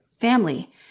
family